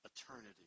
eternity